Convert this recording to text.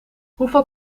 hoeveel